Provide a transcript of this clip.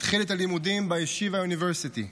והתחיל את הלימודים בישיבה יוניברסיטי.